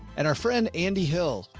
and our friend andy hill,